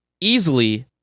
easily